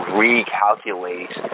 recalculate